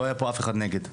לא היה פה אף אחד נגד,